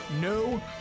No